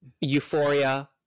Euphoria